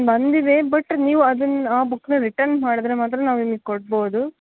ಬಂದಿದೆ ಬಟ್ ನೀವು ಅದನ್ ಆ ಬುಕ್ಕನ್ನ ರಿಟನ್ ಮಾಡಿದ್ರೆ ಮಾತ್ರ ನಾವು ನಿಮಗ್ ಕೊಡ್ಬೌದು